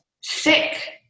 sick